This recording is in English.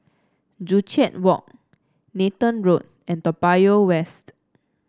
Joo Chiat Walk Nathan Road and Toa Payoh West